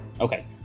Okay